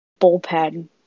bullpen